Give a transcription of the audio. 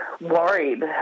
worried